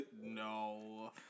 No